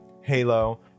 Halo